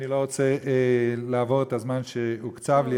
אני לא רוצה לעבור את הזמן שהוקצב לי,